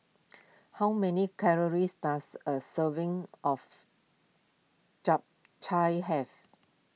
how many calories does a serving of Japchae have